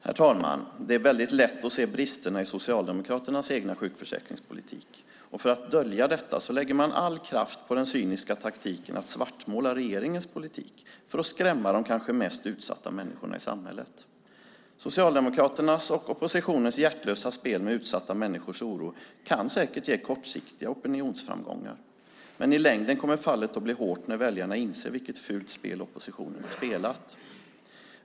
Herr talman! Det är väldigt lätt att se bristerna i Socialdemokraternas egen sjukförsäkringspolitik. För att dölja detta lägger man all kraft på den cyniska taktiken att svartmåla regeringens politik för att skrämma de kanske mest utsatta människorna i samhället. Socialdemokraternas och oppositionens hjärtlösa spel med utsatta människors oro kan säkert ge kortsiktiga opinionsframgångar. Men i längden kommer fallet att bli hårt när väljarna inser vilket fult spel oppositionen har spelat.